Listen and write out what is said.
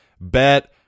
bet